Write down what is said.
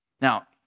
Now